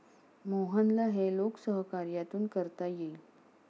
मोहनला हे लोकसहकार्यातून करता येईल